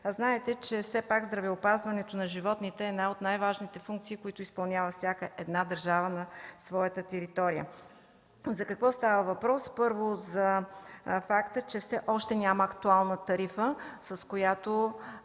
Знаете, че все пак здравеопазването на животните е една от най-важните функции, които изпълнява всяка една държава на своята територия. За какво става въпрос? Първо, за факта, че все още няма актуална тарифа, с която